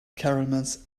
caramels